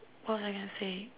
what was I going to say